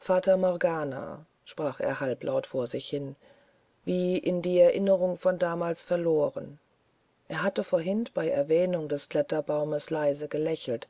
fata morgana sprach er halblaut vor sich hin wie in die erinnerung von damals verloren er hatte vorhin bei erwähnung des kletterbaumes leise gelächelt